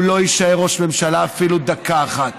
הוא לא יישאר ראש ממשלה אפילו דקה אחת.